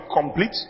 complete